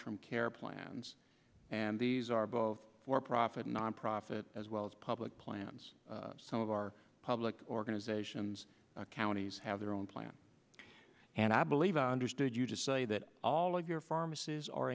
term care plans and these are both for profit nonprofit as well as public plans some of our public organizations counties have their own plan and i believe i understood you to say that all of your pharmacies are